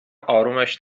آرومش